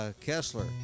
Kessler